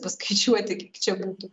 paskaičiuoti kiek čia būtų